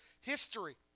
history